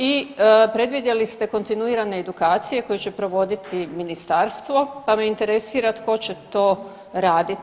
I predvidjeli ste kontinuirane edukacije koje će provoditi ministarstvo pa me interesira tko će to raditi?